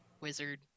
wizard